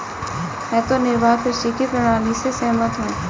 मैं तो निर्वाह कृषि की प्रणाली से सहमत हूँ